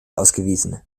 ausgewiesen